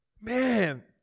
Man